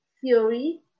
theory